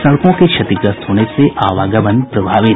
सड़कों के क्षतिग्रस्त होने से आवागमन प्रभावित